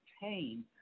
pain